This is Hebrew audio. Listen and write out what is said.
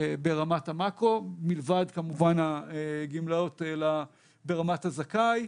ברמת המקרו, מלבד כמובן הגמלאות ברמת הזכאי.